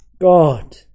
God